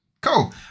Cool